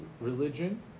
religion